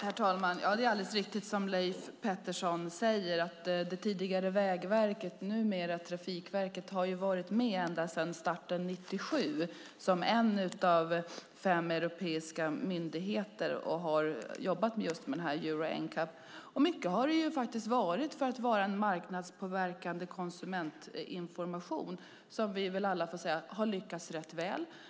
Herr talman! Det är alldeles riktigt som Leif Pettersson säger. Det tidigare Vägverket, numera Trafikverket, har varit med ända sedan starten 1997 som en av fem europeiska myndigheter som jobbat med Euro NCAP, i mycket för att ge en marknadspåverkande konsumentinformation som vi väl får säga har lyckats rätt väl.